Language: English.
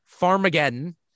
Farmageddon